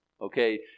Okay